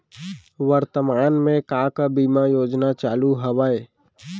वर्तमान में का का बीमा योजना चालू हवये